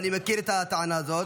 ואני מכיר את הטענה הזאת.